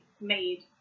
made